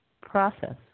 process